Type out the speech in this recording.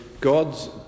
God's